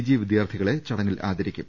G വിദ്യാർത്ഥികളെ ചടങ്ങിൽ ആദരിക്കും